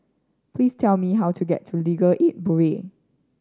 please tell me how to get to Legal Aid Bureau